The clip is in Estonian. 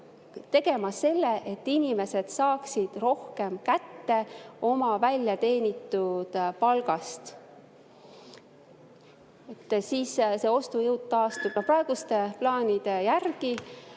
tegema nii, et inimesed saaksid rohkem kätte oma väljateenitud palgast. Siis see ostujõud taastub. Praeguste plaanide järgi,